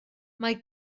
mae